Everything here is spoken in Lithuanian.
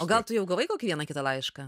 o gal tu jau gavai kokį vieną kitą laišką